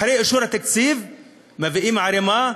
אחרי אישור התקציב מביאים ערמה,